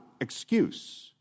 excuse